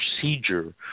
procedure